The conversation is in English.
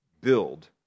build